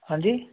ਹਾਂਜੀ